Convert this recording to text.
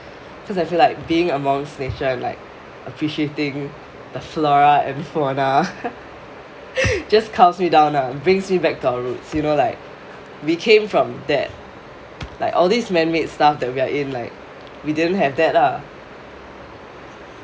cause like I feel like being amongst nature like appreciating the floral and fauna just calms me down lah brings me back to our roots you know like we came from that like all these man made stuff that we are in like we didn't have that lah